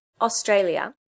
Australia